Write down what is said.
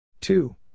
Two